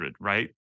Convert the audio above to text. right